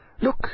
Look